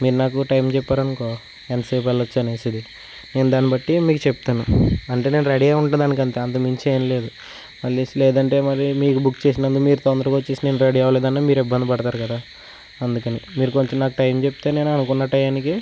మీరు నాకు టైమ్ చెప్పారు అనుకో ఎంతసేపు వెళ్ళవచ్చు అనేసి నేను దాన్ని బట్టి మీకు చెప్తాను అంటే నేను రెడీ అయ్యి ఉంటాను అంతకుమించి ఏమీ లేదు మళ్ళి లేదంటే మీరు బుక్ చేసిన తర్వాత మీరు తొందరగా వచ్చేసి నేను రెడీ అవలేదు అన్న మీరు ఇబ్బంది పడతారు కదా అందుకని మీరు కొంచెం నాకు టైమ్ చెపితే నేను అనుకున్నా టయానికి